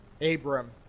Abram